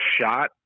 shot